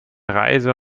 reise